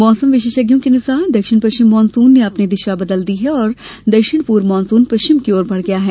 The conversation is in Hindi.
मौसम विशेषज्ञों के अनुसार दक्षिण पश्चिम मानसून ने अपनी दिशा बदल दी है और दक्षिण पूर्व मानसून पश्चिम की ओर बढ़ गया है